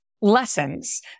lessons